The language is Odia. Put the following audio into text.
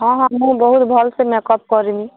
ହଁ ହଁ ମୁଁ ବହୁତ୍ ଭଲ୍ ସେ ମେକଅପ୍ କରିବି